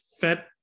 fed